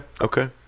Okay